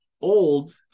old